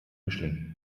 mischling